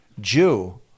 jew